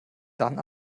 dann